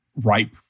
ripe